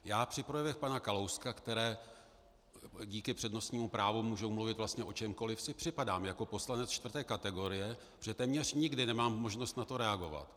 Já při projevech pana Kalouska, které díky přednostnímu právu můžou mluvit vlastně o čemkoliv, si připadám jako poslanec čtvrté kategorie, protože téměř nikdy nemám možnost na to reagovat.